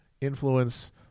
influence